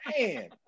Man